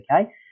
okay